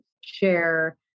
share